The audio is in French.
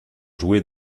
joué